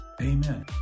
Amen